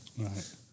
Right